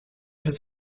has